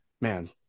Man